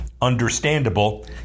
Understandable